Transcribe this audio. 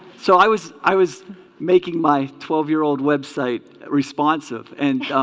so i was i was making my twelve year old web site responsive and